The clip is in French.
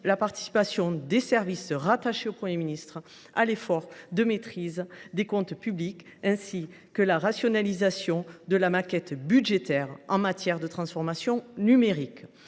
la participation des services rattachés au Premier ministre à l’effort de maîtrise des comptes publics, ainsi que la rationalisation de la maquette budgétaire en matière de transformation numérique.